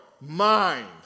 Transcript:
Mind